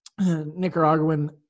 Nicaraguan